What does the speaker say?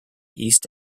east